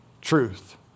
truth